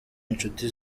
inshuti